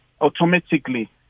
automatically